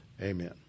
Amen